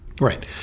Right